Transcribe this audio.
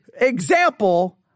example